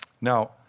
Now